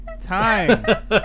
time